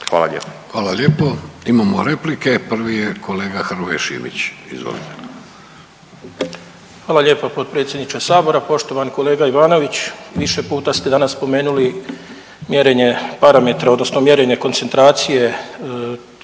Hvala lijepo. Imamo replike. Prvi je kolega Hrvoje Šimić, izvolite. **Šimić, Hrvoje (HDZ)** Hvala lijepa potpredsjedniče Sabora. Poštovani kolega Ivanović više puta ste danas spomenuli mjerenje parametra, odnosno mjerenje koncentracije